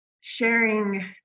sharing